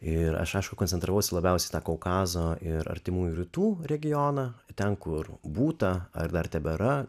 ir aš aišku koncentravausi labiausiai tą kaukazo ir artimųjų rytų regioną ten kur būta ar dar tebėra